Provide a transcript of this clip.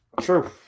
True